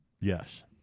Yes